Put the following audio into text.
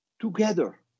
together